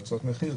הצעות מחיר,